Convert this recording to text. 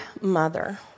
mother